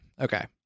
Okay